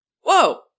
Whoa